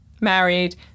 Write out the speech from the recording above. married